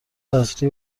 اصلی